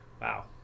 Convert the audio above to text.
wow